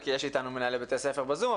כי יש איתנו מנהלי בתי ספר בזום.